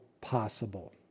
possible